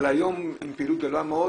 אבל היום עם פעילות גדולה מאוד.